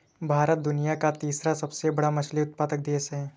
भारत दुनिया का तीसरा सबसे बड़ा मछली उत्पादक देश है